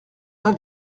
pas